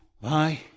Bye